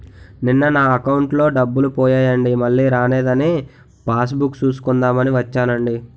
నిన్న నా అకౌంటులో డబ్బులు పోయాయండి మల్లీ రానేదని పాస్ బుక్ సూసుకుందాం అని వచ్చేనండి